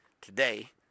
today